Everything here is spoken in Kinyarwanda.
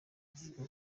avuga